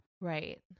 Right